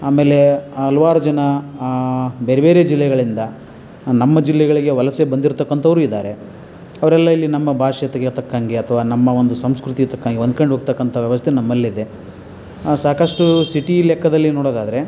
ಆಮೇಲೆ ಹಲ್ವಾರು ಜನ ಬೇರೆ ಬೇರೆ ಜಿಲ್ಲೆಗಳಿಂದ ನಮ್ಮ ಜಿಲ್ಲೆಗಳಿಗೆ ವಲಸೆ ಬಂದಿರತಕ್ಕಂಥವ್ರೂ ಇದ್ದಾರೆ ಅವರೆಲ್ಲ ಇಲ್ಲಿ ನಮ್ಮ ಭಾಷ್ಯತೆಗೆ ತಕ್ಕಂಗೆ ಅಥವಾ ನಮ್ಮ ಒಂದು ಸಂಸ್ಕೃತಿಗೆ ತಕ್ಕಂಗೆ ಹೊಂದ್ಕಂಡ್ ಹೋಗ್ತಕ್ಕಂಥ ವ್ಯವಸ್ಥೆ ನಮ್ಮಲ್ಲಿದೆ ಸಾಕಷ್ಟು ಸಿಟಿ ಲೆಕ್ಕದಲ್ಲಿ ನೋಡೋದಾದರೆ